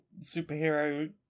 superhero